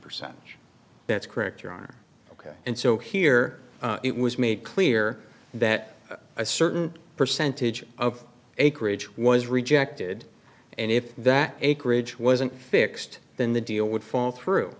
percentage that's correct your honor ok and so here it was made clear that a certain percentage of acreage was rejected and if that acreage wasn't fixed then the deal would fall through